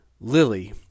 Lily